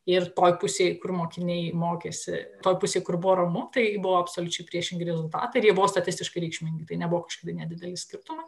ir toj pusėj kur mokiniai mokėsi toj pusėj kur buvo ramu tai buvo absoliučiai priešingi rezultatai ir jie buvo statistiškai reikšmingai tai nebuvo kažkokie nedideli skirtumai